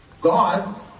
God